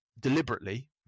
deliberately